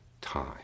time